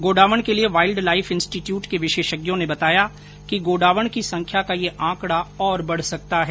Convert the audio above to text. godown के लिए wildlife institute के विशेषज्ञों ने बताया है कि गोडावन की संख्या का यह आंकडा और बढ सकता है